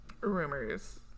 rumors